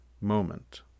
moment